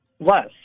less